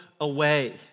away